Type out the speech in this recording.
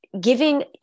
giving